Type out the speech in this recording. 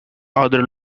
other